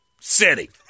city